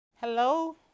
Hello